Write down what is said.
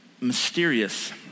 mysterious